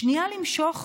שנייה למשוך,